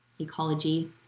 Ecology